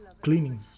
cleaning